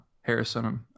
harrison